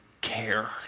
care